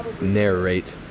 narrate